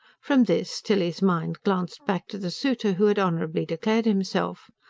from this, tilly's mind glanced back to the suitor who had honourably declared himself.